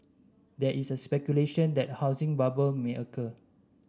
there is a speculation that a housing bubble may occur